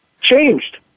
changed